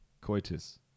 Coitus